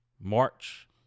march